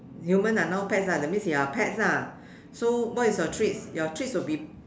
human are now pets ah that means you are pets ah so what is your treats your treats will be